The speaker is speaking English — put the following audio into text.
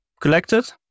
collected